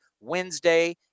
Wednesday